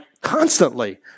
constantly